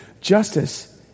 Justice